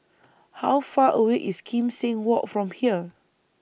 How Far away IS Kim Seng Walk from here